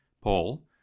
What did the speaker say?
Paul